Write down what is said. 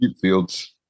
fields